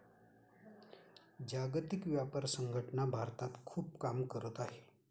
जागतिक व्यापार संघटना भारतात खूप काम करत आहे